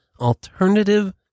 alternative